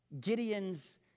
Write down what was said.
gideon's